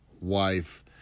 wife